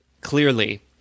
clearly